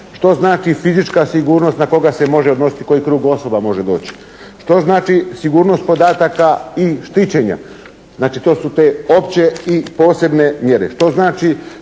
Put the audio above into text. što znači fizička sigurnost, na koga se može odnositi i koji krug osoba može doći, što znači sigurnost podataka i štićenja. Znači, to su te opće i posebne mjere. Što znači